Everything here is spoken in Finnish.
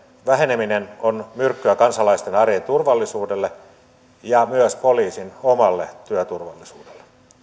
väheneminen on myrkkyä kansalaisten arjen turvallisuudelle ja myös poliisin omalle työturvallisuudelle